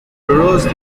rose